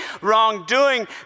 wrongdoing